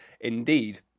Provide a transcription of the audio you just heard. indeed